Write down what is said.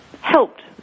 helped